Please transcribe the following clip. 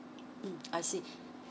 mm I see